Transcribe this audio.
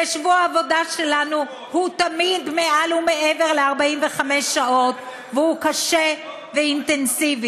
ושבוע עבודה שלנו הוא תמיד מעל ומעבר ל-45 שעות והוא קשה ואינטנסיבי.